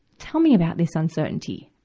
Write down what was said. tell me about this uncertainty.